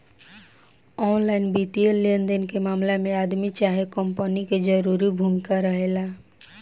online वित्तीय लेनदेन के मामला में आदमी चाहे कंपनी के जरूरी भूमिका रहेला